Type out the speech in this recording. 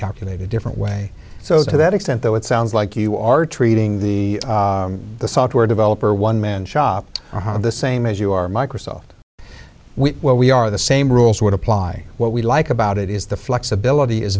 calculate a different way so to that extent though it sounds like you are treating the software developer one man shop the same as you are microsoft we where we are the same rules would apply what we like about it is the flexibility is